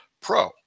pro